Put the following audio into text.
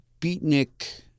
beatnik